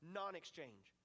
non-exchange